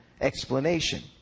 explanation